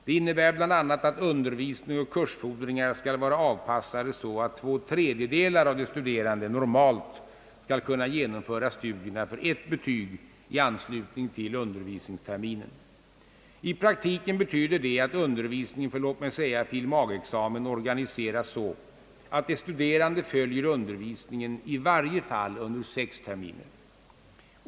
De innebär bl.a. att undervisning och kursfordringar skall vara avpassade så, att två tredjedelar av de studerande normalt skall kunna genomföra studierna för ett betyg i anslutning till undervisningsterminen,. I praktiken betyder det att undervisningen för exempelvis fil. mag.-examen organiseras så, att de studerande följer undervisningen i varje fall under sex terminer.